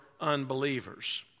unbelievers